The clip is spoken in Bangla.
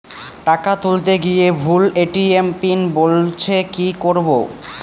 টাকা তুলতে গিয়ে ভুল এ.টি.এম পিন বলছে কি করবো?